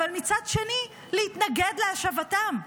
אבל מצד שני להתנגד להשבתן.